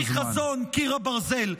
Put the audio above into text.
-- של אבי חזון קיר הברזל.